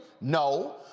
No